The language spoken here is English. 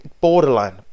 borderline